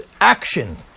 action